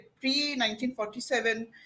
pre-1947